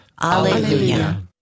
Alleluia